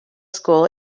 school